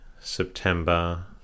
September